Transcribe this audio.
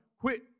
quit